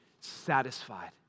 satisfied